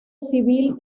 civil